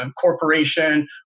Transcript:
corporation